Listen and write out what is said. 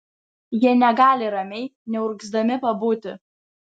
jie negali ramiai neurgzdami pabūti